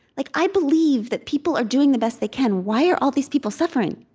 like i believe that people are doing the best they can. why are all these people suffering?